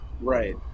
Right